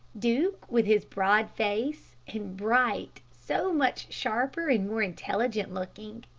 duke with his broad face, and bright so much sharper and more intelligent looking.